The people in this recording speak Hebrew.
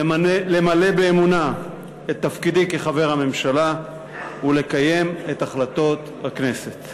למלא באמונה את תפקידי כחבר הממשלה ולקיים את החלטות הכנסת.